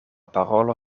parolo